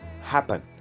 happen